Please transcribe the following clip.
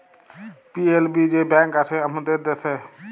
PLB যে bank আসে হামাদের দ্যাশে